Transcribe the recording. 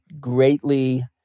greatly